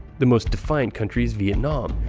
the most defiant country is vietnam,